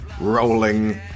rolling